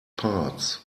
parts